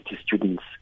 students